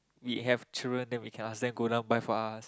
we have children then we can ask them go down buy for us